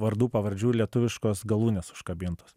vardų pavardžių lietuviškos galūnės užkabintos